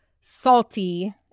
salty